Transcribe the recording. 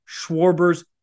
Schwarber's